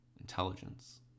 intelligence